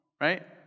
Right